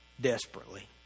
Desperately